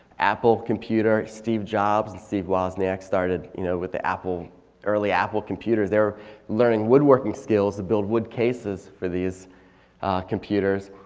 apple computer, steve jobs and steve wosniak started you know with the early apple computers. they were learning wood working skills to build wood cases for these computers.